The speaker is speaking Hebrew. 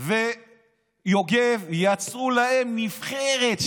ויוגב ויצרו להם נבחרת.